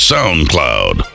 SoundCloud